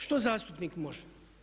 Što zastupnik može?